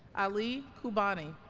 ali khoubani